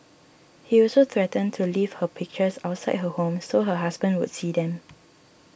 he also threatened to leave her pictures outside her home so her husband would see them